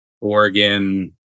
Oregon